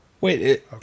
Wait